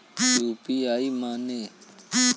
UPI माने?